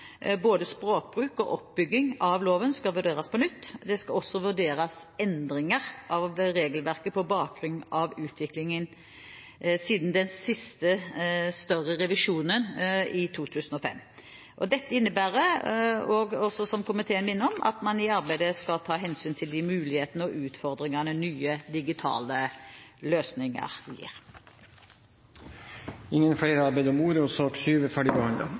Både språkbruk og oppbygging av loven skal vurderes på nytt. Det skal også vurderes endringer av regelverket på bakgrunn av utviklingen siden den siste større revisjonen, i 2005. Dette innebærer – som også komiteen minner om – at man i arbeidet skal ta hensyn til de mulighetene og utfordringene nye digitale løsninger gir. Flere har ikke bedt om ordet til sak nr. 7. Ingen har bedt om ordet.